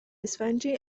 اسفنجی